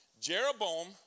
Jeroboam